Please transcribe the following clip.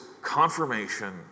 confirmation